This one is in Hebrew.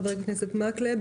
חבר הכנסת מקלב,